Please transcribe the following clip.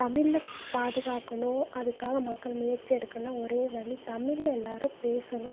தமிழை பாதுகாக்கணும் அதுக்காக மக்கள் முயற்சி எடுக்கணும்னா ஒரே வழி தமிழ்ல எல்லாரும் பேசணும்